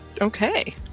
Okay